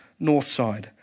Northside